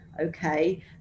Okay